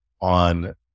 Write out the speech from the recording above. on